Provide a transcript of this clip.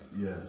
Yes